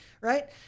right